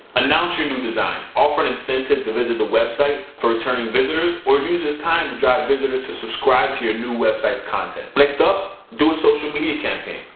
announce your new design, offer an incentive to visit the website for returning visitors or use as time to drive visitors to subscribe to your new websites content. next up, do a social media campaign.